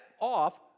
off